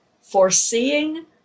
Foreseeing